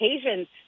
occasions